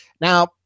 Now